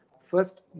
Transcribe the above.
first